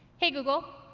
hey google.